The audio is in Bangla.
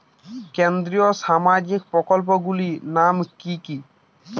কেন্দ্রীয় সামাজিক প্রকল্পগুলি নাম কি কি?